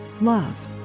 Love